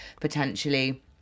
potentially